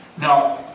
Now